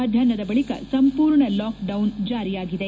ಮಧ್ಯಾಷ್ನದ ಬಳಿಕ ಸಂಪೂರ್ಣ ಲಾಕ್ಡೌನ್ ಜಾರಿಯಾಗಿದೆ